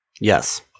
Yes